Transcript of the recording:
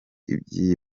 iby’iyi